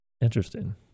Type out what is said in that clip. Interesting